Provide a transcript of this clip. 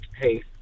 hey